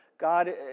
God